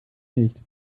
nicht